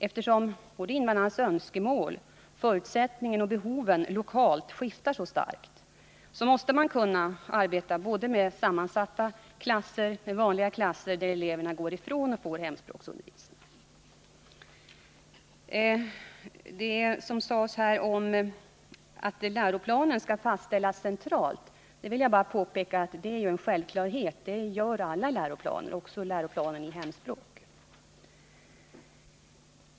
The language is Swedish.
Eftersom invandrarnas önskemål, förutsättningar och behov skiftar så starkt lokalt, så måste man kunna arbeta med både sammansatta klasser och vanliga klasser där eleverna går ifrån och får hemspråksundervisning. Jag vill påpeka att det är en självklarhet att läroplanen skall fastställas centralt. Det gäller alla läroplaner, även den för hemspråksundervisning.